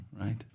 Right